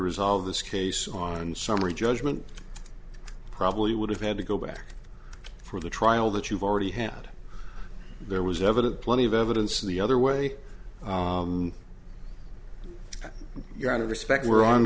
resolve this case on summary judgment probably would have had to go back for the trial that you've already had there was evident plenty of evidence in the other way your out of respect were on